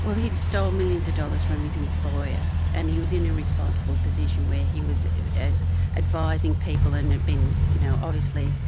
well he'd stolen millions of dollars from his employer, and he was in a responsible position where he was advising people and had been you know obviously